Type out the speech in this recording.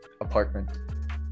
apartment